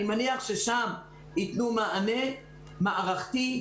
אני מניח ששם יתנו מענה מערכתי,